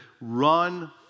run